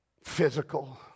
Physical